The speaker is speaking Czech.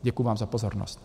Děkuji vám za pozornost.